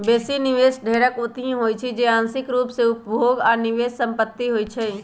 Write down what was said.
बेशी निवेश ढेरेक ओतहि होइ छइ जे आंशिक रूप से उपभोग आऽ निवेश संपत्ति होइ छइ